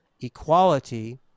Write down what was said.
equality